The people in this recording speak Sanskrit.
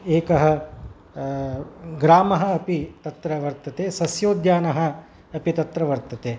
एकः ग्रामः अपि तत्र वर्तते सस्योद्यानम् अपि तत्र वर्तते